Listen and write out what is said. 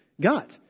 got